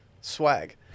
Swag